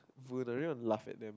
will the laugh at them